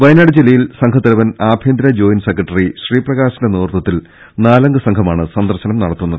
വയനാട് ജില്ലയിൽ സംഘത്തലവൻ ആഭ്യന്തര ജോയിന്റ് സെ ക്രട്ടറി ശ്രീപ്രകാശിന്റെ നേതൃത്വത്തിൽ നാലംഗ സംഘമാണ് സ ന്ദർശനം നടത്തുന്നത്